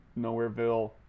nowhereville